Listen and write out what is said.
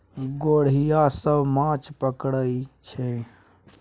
गोढ़िया सब माछ पकरई छै